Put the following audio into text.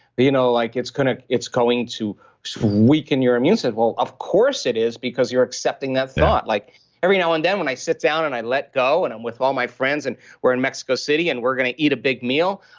but you know like it's going ah it's going to weaken your immune system well, of course, it is because you're accepting that thought like every now and then when i sit down, and i let go, and i'm with all my friends, and we're in mexico city, and we're going to eat a big meal,